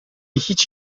hiç